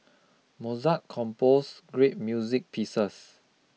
Mozart compose great music pieces